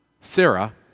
Sarah